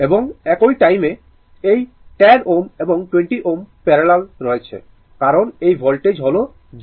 এবং একই টাইমে এই 10 Ω এবং 20 Ω প্যারালাল রয়েছে কারণ এই ভোল্টেজ হল 0